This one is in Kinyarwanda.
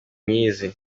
nkizi